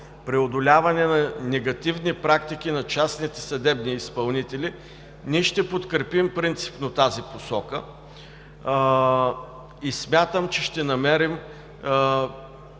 преодоляване на негативни практики на частните съдебни изпълнители, ние ще подкрепим принципно тази посока. Смятам, че ще намерим